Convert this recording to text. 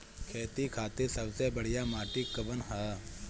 खेती खातिर सबसे बढ़िया माटी कवन ह?